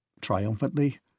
triumphantly